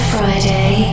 Friday